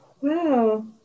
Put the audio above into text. Wow